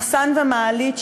מחסן ומעלית,